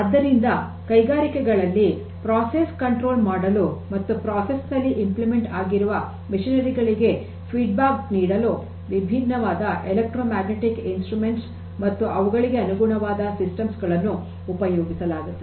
ಆದ್ದರಿಂದ ಕೈಗಾರಿಕೆಗಳಲ್ಲಿ ಪ್ರಕ್ರಿಯೆ ನಿಯಂತ್ರಣ ಮಾಡಲು ಮತ್ತು ಪ್ರಕ್ರಿಯೆಯಲ್ಲಿ ಕಾರ್ಯಗತ ಆಗಿರುವ ಯಂತ್ರೋಪಕರಣಗಳಿಗೆ ಪ್ರತಿಕ್ರಿಯೆ ನೀಡಲು ವಿಭಿನ್ನವಾದ ಎಲೆಕ್ಟ್ರೋ ಮೆಕ್ಯಾನಿಕಲ್ ಉಪಕರಣಗಳು ಮತ್ತು ಅವುಗಳಿಗೆ ಅನುಗುಣವಾದ ಸಿಸ್ಟಮ್ಸ್ ಗಳನ್ನು ಉಪಯೋಗಿಸಲಾಗುತ್ತದೆ